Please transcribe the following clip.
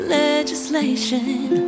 legislation